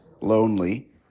lonely